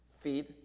feed